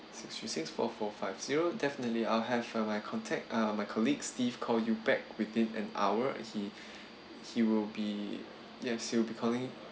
six three six four four five zero definitely I'll have uh my contact uh my colleague steve call you back within an hour he he will be yes he will be calling